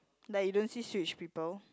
like you don't see Switch people